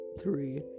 three